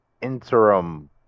interim